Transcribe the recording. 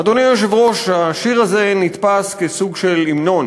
אדוני היושב-ראש, השיר הזה נתפס כסוג של המנון